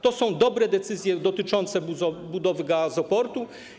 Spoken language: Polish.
To są dobre decyzje dotyczące budowy gazoportu.